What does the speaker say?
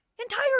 Entire